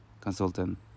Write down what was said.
consultant